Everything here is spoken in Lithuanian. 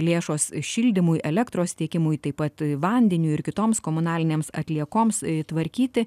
lėšos šildymui elektros tiekimui taip pat vandeniui ir kitoms komunalinėms atliekoms tvarkyti